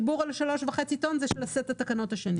ה-3.5 טון, זה של סט התקנות השני.